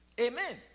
Amen